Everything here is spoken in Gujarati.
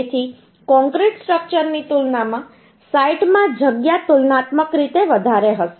તેથી કોંક્રીટ સ્ટ્રક્ચર્સની તુલનામાં સાઇટમાં જગ્યા તુલનાત્મક રીતે વધારે હશે